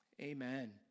Amen